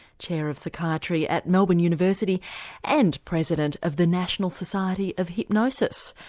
chair of psychiatry at melbourne university and president of the national society of hypnosis.